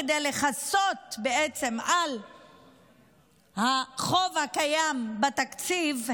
כדי לכסות על החוב הקיים בתקציב,